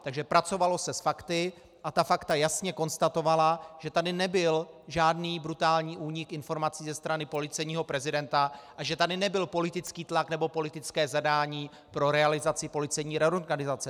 Takže pracovalo se s fakty a ta fakta jasně konstatovala, že tady nebyl žádný brutální únik informací ze strany policejního prezidenta a že tady nebyl politický tlak nebo politické zadání pro realizaci policejní reorganizace.